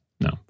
No